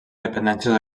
dependències